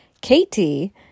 Katie